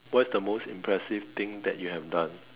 what is the most impressive things that you have done